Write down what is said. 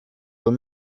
were